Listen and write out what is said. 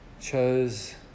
chose